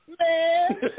Man